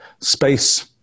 space